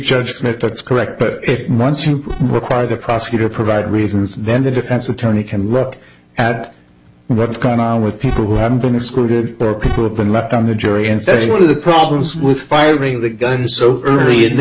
judgment that's correct but once you require the prosecutor provide reasons then the defense attorney can rep at what's going on with people who haven't been excluded or people have been left on the jury and says one of the problems with firing the gun so early in the